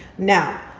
now,